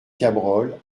cabrol